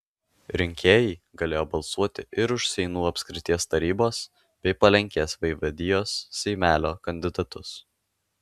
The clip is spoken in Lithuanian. rinkėjai galėjo balsuoti ir už seinų apskrities tarybos bei palenkės vaivadijos seimelio kandidatus